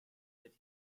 that